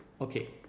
okay